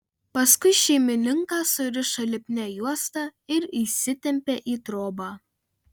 paskui šeimininką surišo lipnia juosta ir įsitempė į trobą